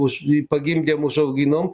už jį pagimdėm užauginom